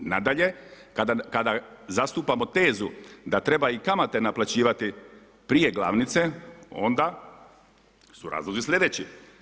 Nadalje, kada zastupamo tezu da treba i kamate naplaćivati prije glavnice onda su razlozi sljedeći.